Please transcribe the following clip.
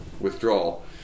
withdrawal